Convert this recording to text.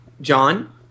John